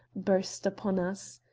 burst upon us.